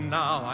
now